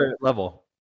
level